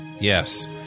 Yes